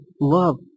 love